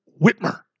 Whitmer